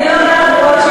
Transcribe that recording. אני לא גרה ברוטשילד,